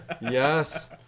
Yes